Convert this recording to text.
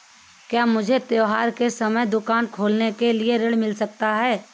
क्या मुझे त्योहार के समय दुकान खोलने के लिए ऋण मिल सकता है?